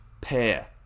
pair